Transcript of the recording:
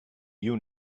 you